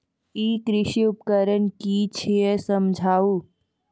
ई कृषि उपकरण कि छियै समझाऊ?